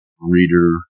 reader